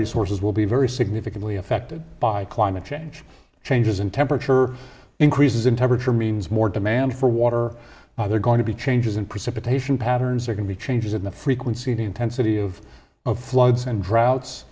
resources will be very significantly affected by climate change changes in temperature increases in temperature means more demand for water they're going to be changes in precipitation patterns there can be changes in the frequency and intensity of of floods and dro